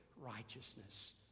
righteousness